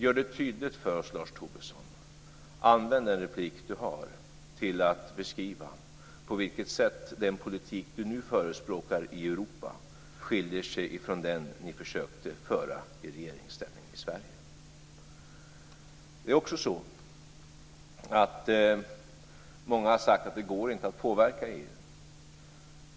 Gör det tydligt för oss, Lars Tobisson, och använd den replik du har till att beskriva på vilket sätt den politik som du nu förespråkar i Europa skiljer sig från den som ni försökte föra i regeringsställning i Sverige. Många har sagt att det inte går att påverka EU.